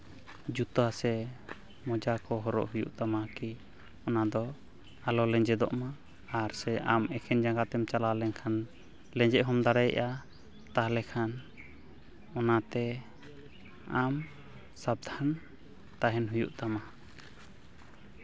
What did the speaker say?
ᱡᱩᱛᱟᱹ ᱥᱮ ᱢᱚᱡᱟ ᱠᱚ ᱦᱚᱨᱚᱜᱽ ᱦᱩᱭᱩᱜ ᱛᱟᱢᱟ ᱠᱤ ᱚᱱᱟᱫᱚ ᱟᱞᱚ ᱞᱮᱧᱡᱮᱫᱚᱜ ᱢᱟ ᱟᱨ ᱥᱮ ᱟᱢ ᱮᱠᱮᱱ ᱡᱟᱭᱜᱟ ᱛᱮᱢ ᱪᱟᱞᱟᱣ ᱞᱮᱱᱠᱷᱟᱱ ᱞᱮᱧᱡᱮᱫ ᱦᱚᱸᱢ ᱫᱟᱲᱮᱭᱟᱜᱼᱟ ᱛᱟᱦᱚᱞᱮ ᱠᱷᱟᱱ ᱚᱱᱟᱛᱮ ᱟᱢ ᱥᱟᱵᱫᱷᱟᱱ ᱛᱟᱦᱮᱱ ᱦᱩᱭᱩᱜ ᱛᱟᱢᱟ